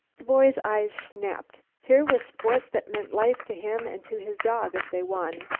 the boy's eyes snapped. here was sport that meant life to him and to his dog if they won.